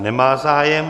Nemá zájem.